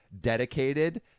dedicated